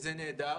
וזה נהדר,